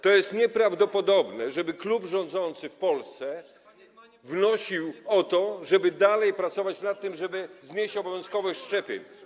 To jest nieprawdopodobne, żeby klub rządzący w Polsce wnosił o to, żeby dalej pracować nad tym, żeby znieść obowiązkowe szczepienia.